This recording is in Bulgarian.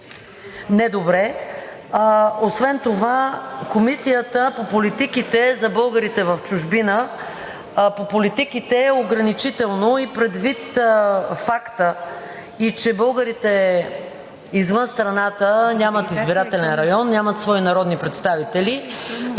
не добре, освен това Комисията e по политиките за българите в чужбина. „По политиките“ е ограничително и предвид факта, че българите извън страната нямат избирателен район, нямат свои народни представители,